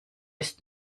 ist